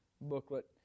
booklet